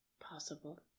possible